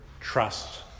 trust